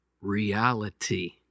reality